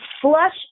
flush